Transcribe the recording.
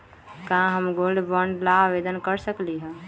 का हम gold bond ला आवेदन कर सकली ह?